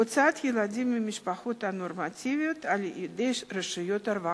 הוצאת ילדים ממשפחות נורמטיביות על-ידי רשויות הרווחה.